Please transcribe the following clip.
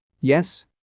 yes